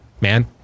man